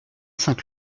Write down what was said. cinq